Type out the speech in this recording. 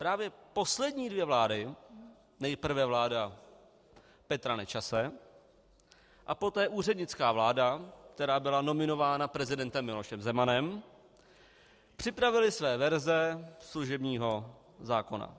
Právě poslední dvě vlády, nejprve vláda Petra Nečase a poté úřednická vláda, která byla nominována prezidentem Milošem Zemanem, připravily své verze služebního zákona.